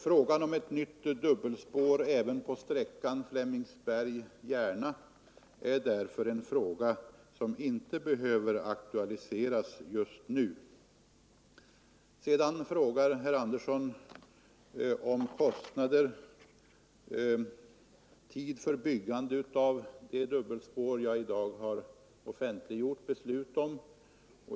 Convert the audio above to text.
Frågan om ett nytt dubbelspår även på sträckan Flemingsberg-Järna behöver därför inte aktualiseras just nu. Sedan frågar herr Andersson om kostnader och tid för byggandet av det dubbelspår som jag i dag har offentliggjort beslut om.